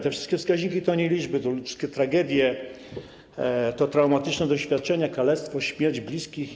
Te wszystkie wskaźniki to nie liczby, to ludzkie tragedie, to traumatyczne doświadczenie, kalectwo, śmierć bliskich.